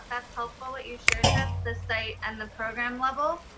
that's helpful that you share just the site and the program level.